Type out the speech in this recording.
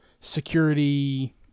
security